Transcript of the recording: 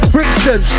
Brixton